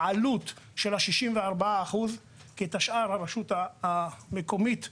העלות של ה-64%, כי את היתר הרשות המקומית משלימה.